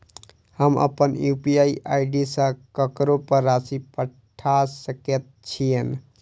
हम अप्पन UPI ID सँ ककरो पर राशि पठा सकैत छीयैन?